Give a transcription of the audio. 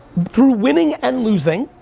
through winning and losing,